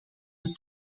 het